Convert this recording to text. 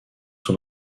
son